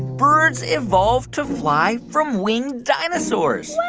birds evolved to fly from winged dinosaurs well,